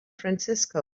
francisco